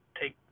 take